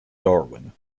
darwin